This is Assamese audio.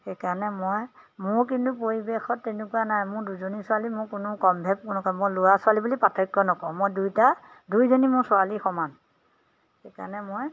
সেইকাৰণে মই মোৰ কিন্তু পৰিৱেশত তেনেকুৱা নাই মোৰ দুজনী ছোৱালী মোৰ কোনো কম ভেদ কোনো মোৰ ল'ৰা ছোৱালী বুলি পাৰ্থক্য নকৰোঁ মই দুয়োটা দুইজনী মোৰ ছোৱালী সমান সেইকাৰণে মই